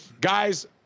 guys